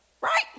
Right